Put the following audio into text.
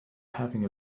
having